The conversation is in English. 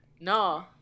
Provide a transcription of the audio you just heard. No